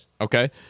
Okay